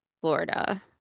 Florida